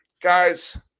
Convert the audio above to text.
Guys